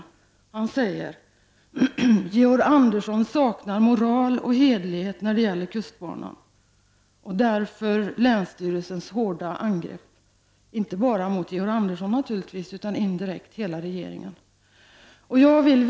Länsrådet säger: Georg Andersson saknar moral och hederlighet när det gäller kustbanan. Länsstyrelsens hårda angrepp riktas inte bara mot Georg Andersson utan indirekt också mot regeringen i övrigt.